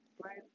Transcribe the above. right